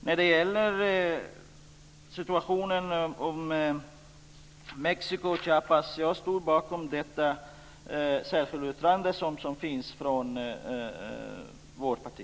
När det gäller Mexiko och Chiapas står jag bakom det särskilda yttrande som finns från vårt parti.